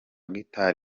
guitar